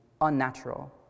unnatural